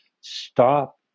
Stop